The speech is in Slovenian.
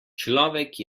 človek